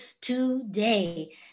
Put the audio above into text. today